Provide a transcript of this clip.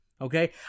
Okay